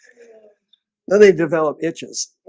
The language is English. you know they develop itches